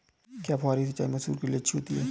क्या फुहारी सिंचाई मसूर के लिए अच्छी होती है?